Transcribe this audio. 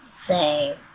say